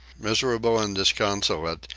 miserable and disconsolate,